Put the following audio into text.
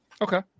Okay